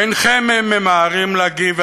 אינכם ממהרים להגיב,